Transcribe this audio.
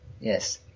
Yes